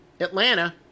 Atlanta